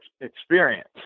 experience